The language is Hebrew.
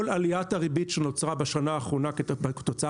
כל עליית הריבית שנוצרה בשנה האחרונה כתוצאה